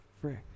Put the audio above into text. frick